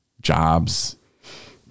jobs